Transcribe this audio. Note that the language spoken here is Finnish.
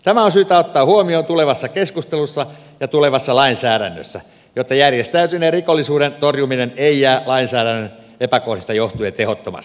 tämä on syytä ottaa huomioon tulevassa keskustelussa ja tulevassa lainsäädännössä jotta järjestäytyneen rikollisuuden torjuminen ei jää lainsäädännön epäkohdista johtuen tehottomaksi